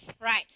right